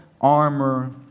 armor